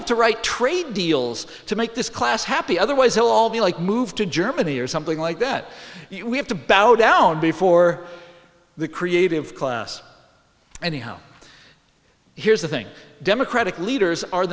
have to write trade deals to make this class happy otherwise they'll all be like move to germany or something like that we have to bow down before the creative class and how here's the thing democratic leaders are